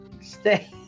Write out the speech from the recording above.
stay